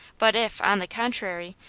but if, on the contrary,